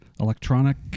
Electronic